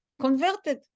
converted